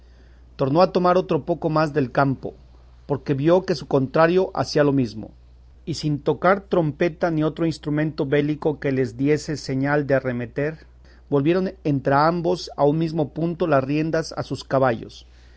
tornó a tomar otro poco más del campo porque vio que su contrario hacía lo mesmo y sin tocar trompeta ni otro instrumento bélico que les diese señal de arremeter volvieron entrambos a un mesmo punto las riendas a sus caballos